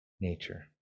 nature